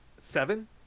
Seven